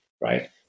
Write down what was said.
right